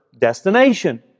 destination